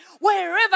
Wherever